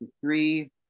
three